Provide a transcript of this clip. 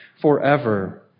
forever